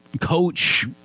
coach